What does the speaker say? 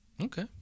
Okay